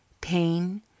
Pain